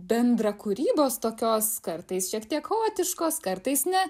bendrakūrybos tokios kartais šiek tiek chaotiškos kartais ne